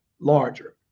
larger